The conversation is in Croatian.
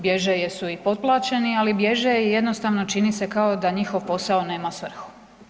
Bježe jer su i potplaćeni, ali bježe jednostavno čini se kao da njihov posao nema svrhu.